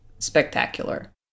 Spectacular